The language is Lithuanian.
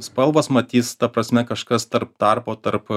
spalvos matys ta prasme kažkas tarp tarpo tarp